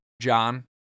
John